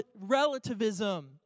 relativism